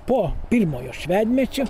po pirmojo švedmečio